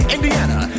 Indiana